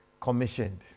commissioned